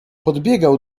podbiegał